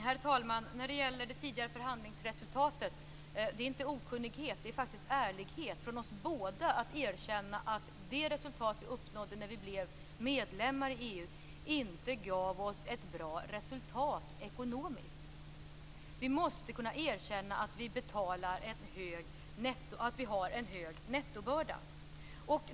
Herr talman! När det gäller det tidigare förhandlingsresultatet är det inte okunnighet. Det är faktiskt ärlighet från oss båda att erkänna att det resultat vi uppnådde när vi blev medlemmar i EU inte gav oss ett bra resultat ekonomiskt. Vi måste kunna erkänna att vi har en hög nettobörda.